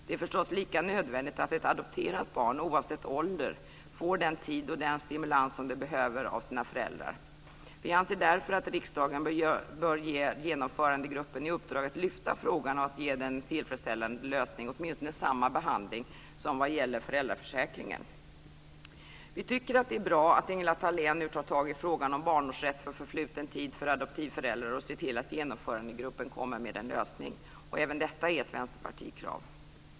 Det är förstås lika nödvändigt att ett adopterat barn, oavsett ålder, får den tid och den stimulans som det behöver av sina föräldrar. Vi anser därför att riksdagen bör ge Genomförandegruppen i uppdrag att lyfta frågan och ge den en tillfredsställande lösning. Den bör åtminstone få samma behandling som gäller för föräldraförsäkringen. Vi tycker att det är bra att Ingela Thalén nu tar tag i frågan om barnårsrätt för förfluten tid för adoptivföräldrar och ser till att Genomförandegruppen kommer med en lösning. Även detta är ett krav från Fru talman!